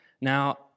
Now